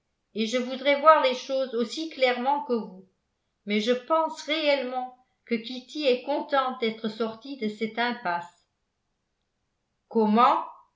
et je voudrais voir les choses aussi clairement que vous mais je pense réellement que kitty est contente d'être sortie de cette impasse comment